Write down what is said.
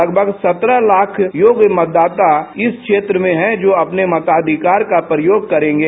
लगभग सत्रह लाख योग्य मतदाता इस क्षेत्र में हैं जो अपने मताधिकार का प्रयोग करेंगे